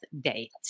date